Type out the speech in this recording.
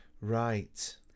Right